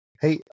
hey